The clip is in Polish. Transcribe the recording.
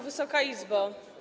Wysoka Izbo!